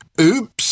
Oops